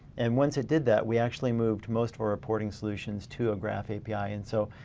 and once it did that we actually moved most of our reporting solutions to a graph api. and so,